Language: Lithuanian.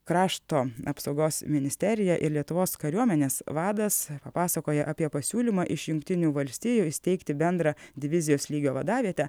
krašto apsaugos ministerija ir lietuvos kariuomenės vadas papasakoja apie pasiūlymą iš jungtinių valstijų įsteigti bendrą divizijos lygio vadavietę